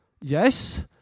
Yes